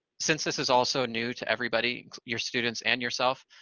since this is all so new to everybody, your students and yourself,